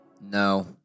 No